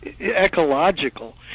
ecological